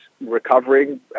recovering